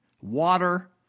water